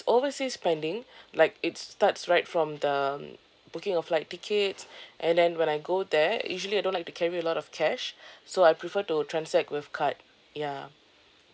overseas spending like it starts right from the booking of flight tickets and then when I go there usually I don't like to carry a lot of cash so I prefer to transact with card ya